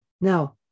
now